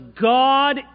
God